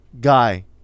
guy